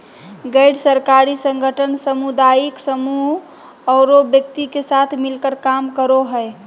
गैर सरकारी संगठन सामुदायिक समूह औरो व्यक्ति के साथ मिलकर काम करो हइ